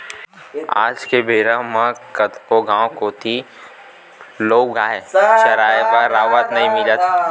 आज के बेरा म कतको गाँव कोती तोउगाय चराए बर राउत नइ मिलत हे